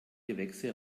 gewächse